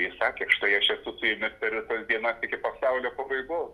jis sakė štai aš esu su jumis per visas dienas iki pasaulio pabaigos